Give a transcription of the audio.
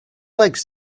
legs